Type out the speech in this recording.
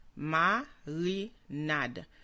marinade